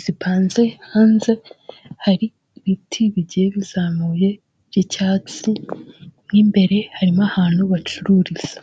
zipanze hanze, hari ibiti bigiye bizamuye by'icyatsi mo imbere hari n'ahantu bacururiza.